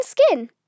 skin